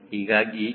ಹೀಗಾಗಿ q12V2